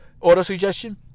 auto-suggestion